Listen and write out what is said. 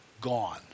gone